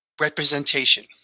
representation